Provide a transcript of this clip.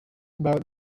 about